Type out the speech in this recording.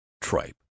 tripe